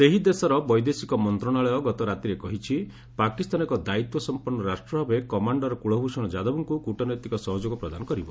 ସେହି ଦେଶର ବୈଦେଶିକ ମନ୍ତଶାଳୟ ଗତରାତିରେ କହିଛି ପାକିସ୍ତାନ ଏକ ଦାୟିତ୍ୱସମ୍ପନ୍ନ ରାଷ୍ଟ୍ରଭାବେ କମାଣ୍ଡର୍ କୂଳଭ୍ ଷଣ ଯାଦବଙ୍କୁ କୃଟନୈତିକ ସହଯୋଗ ପ୍ରଦାନ କରିବ